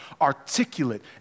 articulate